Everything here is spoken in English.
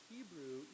Hebrew